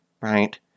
right